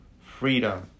freedom